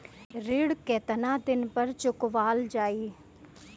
ऋण केतना दिन पर चुकवाल जाइ?